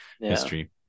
history